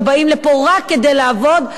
שבאים לפה רק כדי לעבוד,